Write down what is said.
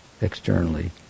externally